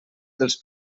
dels